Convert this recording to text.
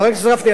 חבר הכנסת גפני,